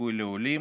זיכוי לעולים,